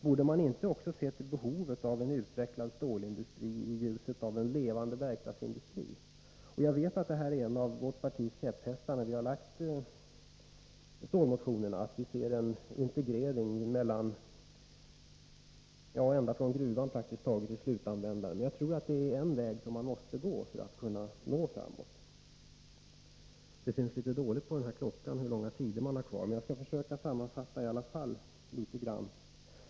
Borde man också inte se till behovet av en utvecklad stålindustri, i ljuset av en levande verkstadsindustri? Det här är en av vårt partis käpphästar. Vi har, när vi väckt våra stålmotioner, framhållit att vi ser en integrering mellan de olika leden praktiskt taget ända från gruvan till slutanvändaren. Jag tror att det här är en väg som man måste gå för att nå fram till målet. Det syns litet dåligt på klockan hur lång tid man har kvar, men jag skall försöka sammanfatta i alla fall.